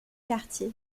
quartier